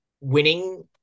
winning